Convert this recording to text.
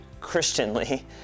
christianly